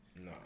No